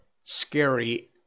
scary